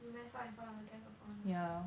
you mess up in front of the guest of honour